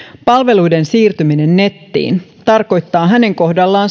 palveluiden siirtyminen nettiin tarkoittaa hänen kohdallaan